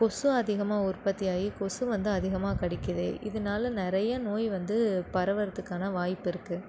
கொசு அதிகமாக உற்பத்தி ஆயி கொசு வந்து அதிகமாக கடிக்குது இதனால நிறைய நோய் வந்து பரவறதுக்கான வாய்ப்பு இருக்கு